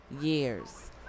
years